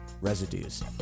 Residues